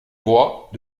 droit